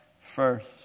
first